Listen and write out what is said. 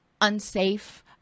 unsafe